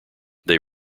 they